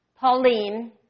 Pauline